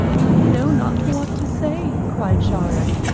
i know not what to say, cried charlotte,